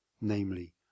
namely